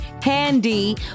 handy